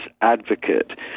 advocate